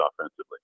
offensively